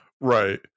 Right